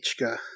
Ichka